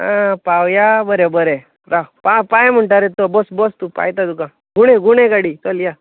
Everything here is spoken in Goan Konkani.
आं पावोवया बरें बरें राव पा पाय म्हणटा रे तो बस बस पायता तुका घुवणय घुवणय गाडी चल या